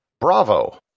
Bravo